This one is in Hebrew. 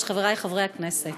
זה מרעננה ונתניה בצפון,